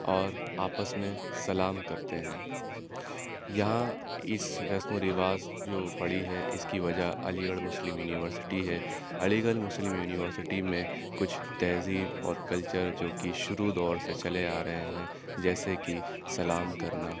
اور آپس میں سلام کرتے ہیں یہاں اس رسم و رواج جو پڑی ہے اس کی وجہ علی گڑھ مسلم یونیورسٹی ہے علی گڑھ مسلم یونیورسٹی میں کچھ تہذیب اور کلچر جو کہ شروع دور سے چلے آ رہے ہیں جیسے کہ سلام کرنا